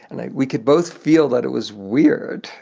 and like we could both feel that it was weird,